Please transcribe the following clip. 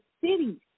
cities